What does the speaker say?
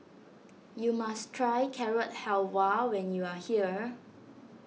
you must try Carrot Halwa when you are here